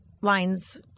lines